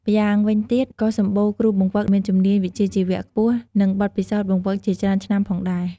ម្យ៉ាងវិញទៀតក៏សម្បូរ គ្រូបង្វឹកមានជំនាញវិជ្ជាជីវៈខ្ពស់ និងបទពិសោធន៍បង្វឹកជាច្រើនឆ្នាំផងដែរ។